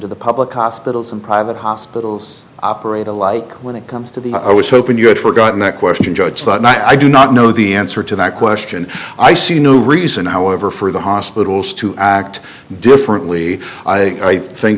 to the public hospitals and private hospitals operate alike when it comes to the i was hoping you had forgotten that question judge i do not know the answer to that question i see no reason however for the hospitals to act differently i